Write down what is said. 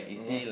ya